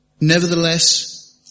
Nevertheless